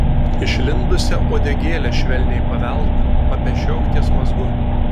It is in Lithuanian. išlindusią uodegėlę švelniai pavelk papešiok ties mazgu